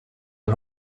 and